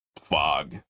fog